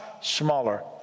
smaller